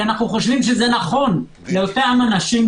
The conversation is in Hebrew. אנחנו חושבים שזה נכון לאותם אנשים,